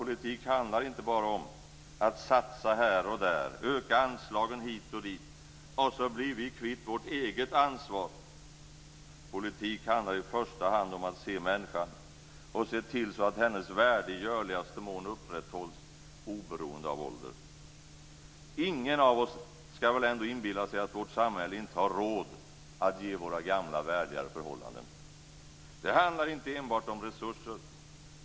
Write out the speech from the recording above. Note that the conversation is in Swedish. Politik handlar inte bara om att satsa här och där och öka anslagen hit och dit så att vi blir kvitt vårt eget ansvar. Politik handlar i första hand om att se människan och se till så att hennes värde i görligaste mån upprätthålls oberoende av ålder. Ingen av oss skall väl ändå inbilla sig att vårt samhälle inte har råd att ge våra gamla värdigare förhållanden. Det handlar inte enbart om resurser.